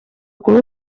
color